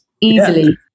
easily